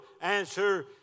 answer